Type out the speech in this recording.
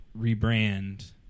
rebrand